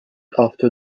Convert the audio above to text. after